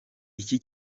iki